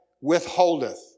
withholdeth